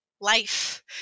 life